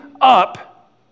up